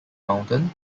mountain